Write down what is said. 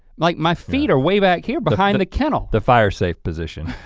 like my feet are way back here behind and the kennel. the fire safe position.